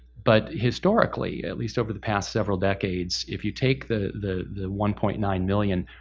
but historically, at least over the past several decades, if you take the the one point nine million,